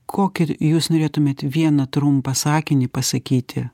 kokį jūs norėtumėt vieną trumpą sakinį pasakyti